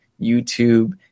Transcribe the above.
YouTube